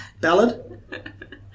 ballad